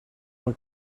muy